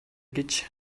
гэж